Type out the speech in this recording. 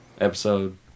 episode